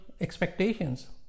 expectations